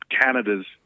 Canada's